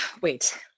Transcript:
Wait